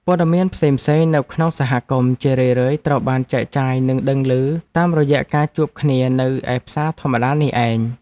ព័ត៌មានផ្សេងៗនៅក្នុងសហគមន៍ជារឿយៗត្រូវបានចែកចាយនិងដឹងឮតាមរយៈការជួបគ្នានៅឯផ្សារធម្មតានេះឯង។